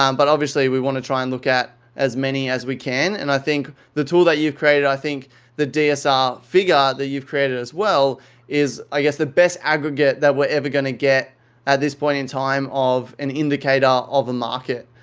um but, obviously, we want to try and look at as many as we can. and i think the tool that you've created i think the dsr figure that you've created as well is the best aggregate that we're ever going to get at this point in time of an indicator of a market.